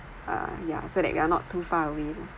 uh yeah so that we are not too far away